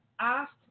asked